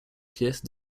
pièce